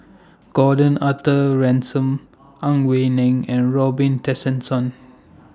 Gordon Arthur Ransome Ang Wei Neng and Robin Tessensohn